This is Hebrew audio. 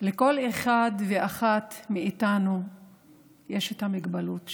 לכל אחד ואחת מאיתנו יש את המוגבלות שלו.